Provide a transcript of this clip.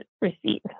receive